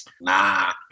Nah